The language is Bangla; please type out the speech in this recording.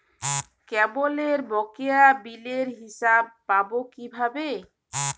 কেবলের বকেয়া বিলের হিসাব পাব কিভাবে?